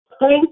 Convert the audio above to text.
Thank